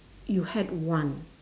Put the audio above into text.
you had one